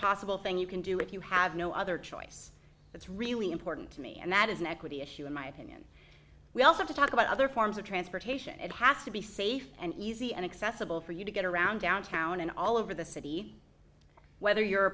possible thing you can do if you have no other choice that's really important to me and that is an equity issue in my opinion we also talk about other forms of transportation it has to be safe and easy and accessible for you to get around downtown and all over the city whether you're